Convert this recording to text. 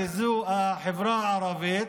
שזה החברה הערבית.